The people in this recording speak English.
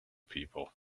people